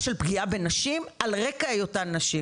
של פגיעה בנשים על רקע היותן נשים.